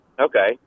Okay